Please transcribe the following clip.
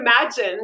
imagine